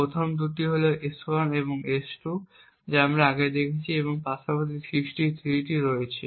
প্রথম দুটি হল S1 এবং S2 যা আমরা আগে দেখেছি এবং এর পাশাপাশি আমাদের 63টি রয়েছে